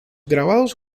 grabados